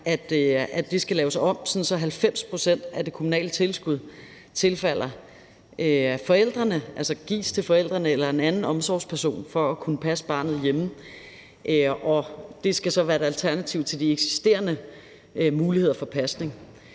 skal laves om, sådan at 90 pct. af det kommunale tilskud tilfalder forældrene, altså gives til forældrene eller en anden omsorgsperson til at kunne passe barnet hjemme, og det skal så være et alternativ til de eksisterende muligheder for pasning.